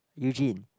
Eugene